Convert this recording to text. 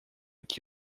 que